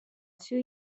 two